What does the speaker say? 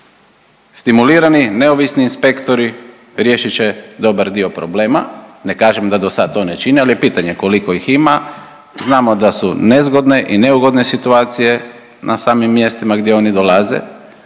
Stimulirani neovisni inspektori riješit će dobar dio problema. Ne kažem da do sad to ne čine, ali je pitanje koliko ih ima. Znamo da su nezgodne i neugodne situacije na samim mjestima gdje oni dolaze